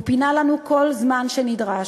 הוא פינה לנו כל זמן שנדרש,